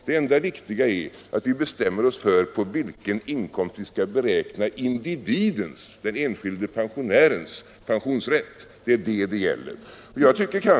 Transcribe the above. Det enda viktiga är att vi bestämmer oss för på vilken inkomst vi skall beräkna individens, den enskilde pensionärens, pensionsrätt.